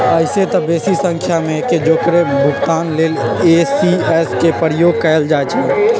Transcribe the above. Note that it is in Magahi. अइसेए तऽ बेशी संख्या में एके जौरे भुगतान लेल इ.सी.एस के प्रयोग कएल जाइ छइ